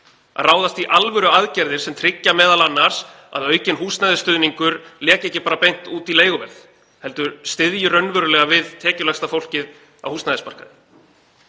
að ráðast í alvöruaðgerðir sem tryggja m.a. að aukinn húsnæðisstuðningur leki ekki bara beint út í leiguverð heldur styðji raunverulega við tekjulægsta fólkið á húsnæðismarkaði?